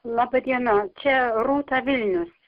laba diena čia rūta vilnius